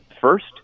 first